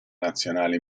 nazionale